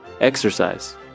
Exercise